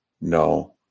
No